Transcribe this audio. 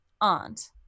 aunt